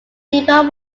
depot